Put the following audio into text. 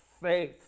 faith